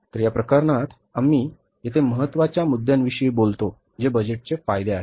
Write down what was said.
तर या प्रकरणात आम्ही येथे महत्त्वाच्या मुद्द्यांविषयी बोलतो जे बजेटचे फायदे आहेत